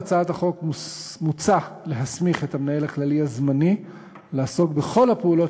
בהצעת החוק מוצע להסמיך את המנהל הכללי הזמני לעסוק בכל הפעולות